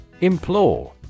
Implore